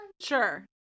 Sure